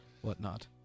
Whatnot